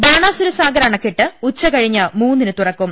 ബാണാസുര സാഗർ അണക്കെട്ട് ഉച്ചകഴിഞ്ഞ് മൂന്നിന് തുറ ക്കും